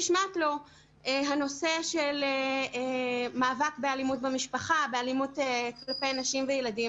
נשמט הנושא של מאבק באלימות במשפחה ואלימות כלפי נשים וילדים.